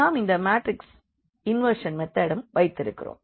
நாம் இந்த matrix inversion மெதடும் வைத்திருக்கிறோம்